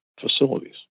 facilities